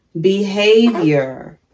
behavior